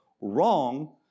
wrong